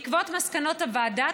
בעקבות מסקנות הוועדה,